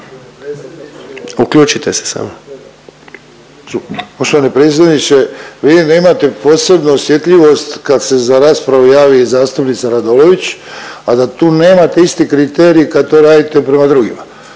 (SDP)** Poštovani predsjedniče, vi nemate posebnu osjetljivost kad se za raspravu javi zastupnica Radolović, a da tu nemate isti kriterij kad to radite prema drugima.